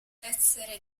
essere